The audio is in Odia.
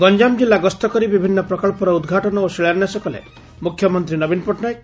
ଗଞାମ ଜିଲ୍ଲା ଗସ୍ତ କରି ବିଭିନ୍ନ ପ୍ରକବର ଉଦ୍ଘାଟନ ଓ ଶିଳାନ୍ୟାସ କଲେ ମୁଖ୍ୟମନ୍ତୀ ନବୀନ ପଟ୍ଟନାୟକ